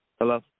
Hello